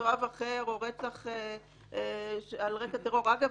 מתועב אחר או רצח על רקע טרור אגב,